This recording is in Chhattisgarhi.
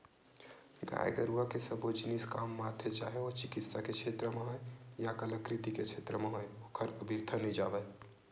गाय गरुवा के सबो जिनिस काम म आथे चाहे ओ चिकित्सा के छेत्र म होय या कलाकृति के क्षेत्र म होय ओहर अबिरथा नइ जावय